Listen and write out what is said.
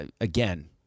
again